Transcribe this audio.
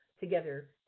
together